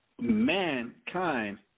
mankind